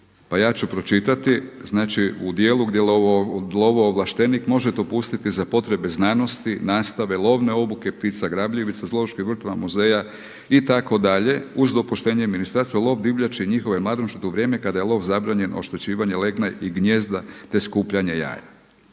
Pa ja ću pročitati. Znači u dijelu gdje lovoovlaštenik može dopustiti za potrebe znanosti, nastave, lovne obuke, ptica grabljivica, zooloških vrtova, muzeja itd., uz dopuštenje ministarstva lov divljači i njihove mladunčadi u vrijeme kada je lov zabranjen oštećivanje legla i gnijezda te skupljanje jaja.